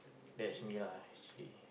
that's me lah actually